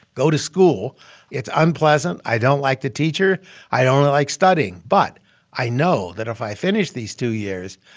go to school it's unpleasant i don't like the teacher i don't like studying. but i know that if i finish these two years,